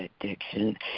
addiction